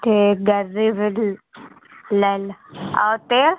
ठीक गर्री फिर ले लो और तेल